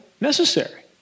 necessary